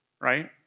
right